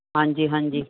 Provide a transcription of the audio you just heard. ਹਾਂਜੀ ਹਾਂਜੀ